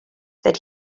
that